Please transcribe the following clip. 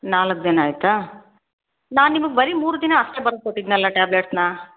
ನಾಲ್ಕು ದಿನ ಆಯಿತಾ ನಾನು ನಿಮಗೆ ಬರೇ ಮೂರು ದಿನ ಅಷ್ಟೇ ಬರ್ದು ಕೊಟ್ಟಿದ್ನಲ್ವಾ ಟ್ಯಾಬ್ಲೆಟ್ಸ್ನ